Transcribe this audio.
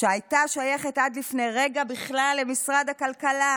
שהייתה שייכת עד לפני רגע בכלל למשרד הכלכלה.